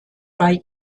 bei